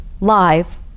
live